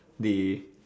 they